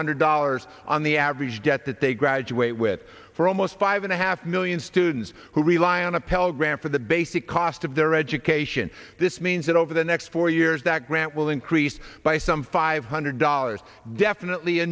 hundred dollars on the average debt that they graduate with for almost five and a half million students who rely on a pell grant for the basic cost of their education this means that over the next four years that grant will increase by some five hundred dollars definitely a